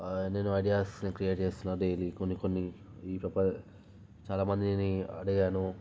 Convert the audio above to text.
నేను ఐడియాస్ని క్రియేట్ చేస్తున్నా డైలీ కొన్ని కొన్ని ఈ ప్రొప చాలా మందిని అడిగాను